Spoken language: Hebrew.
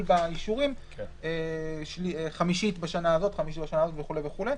באישורים חמישית בשנה הזאת וכו'.